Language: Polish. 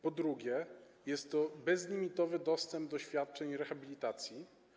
Po drugie, jest to bezlimitowy dostęp do świadczeń rehabilitacji.